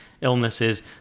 illnesses